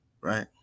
right